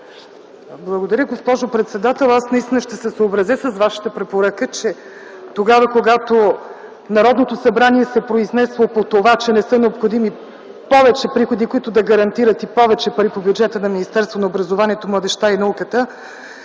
Благодаря, госпожо председател. Аз наистина ще се съобразя с Вашата препоръка, когато Народното събрание се е произнесло, че не са необходими повече приходи, които да гарантират повече пари по бюджета на Министерството на образованието, младежта и науката,